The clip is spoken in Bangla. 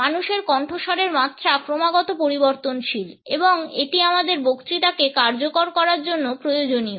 মানুষের কণ্ঠস্বরের মাত্রা ক্রমাগত পরিবর্তনশীল এবং এটি আমাদের বক্তৃতাকে কার্যকর করার জন্য প্রয়োজনীয়